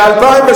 כן.